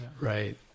Right